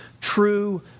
true